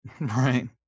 Right